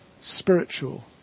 spiritual